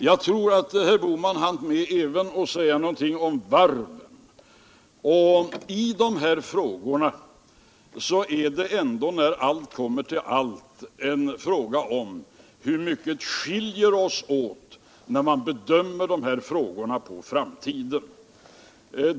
Jag tror att herr Bohman även hann med att säga någonting om varven. Det är i dessa fall när allt kommer till allt en fråga om hur mycket som skiljer oss åt när vi gör en framtidsbedömning.